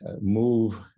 move